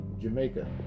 Jamaica